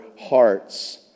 hearts